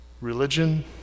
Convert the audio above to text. religion